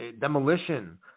Demolition